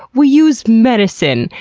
we use medicine.